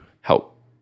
help